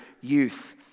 youth